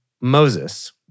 Moses